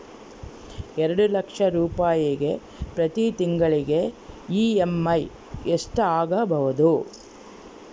ಎರಡು ಲಕ್ಷ ರೂಪಾಯಿಗೆ ಪ್ರತಿ ತಿಂಗಳಿಗೆ ಇ.ಎಮ್.ಐ ಎಷ್ಟಾಗಬಹುದು?